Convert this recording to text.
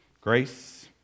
Grace